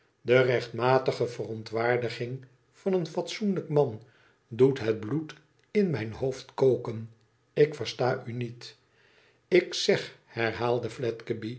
de rechtmatige verontwaardiging van een fatsoenlijk man doet het bloed in mijn hoofd koken ik versta u niet tik ze herhaalde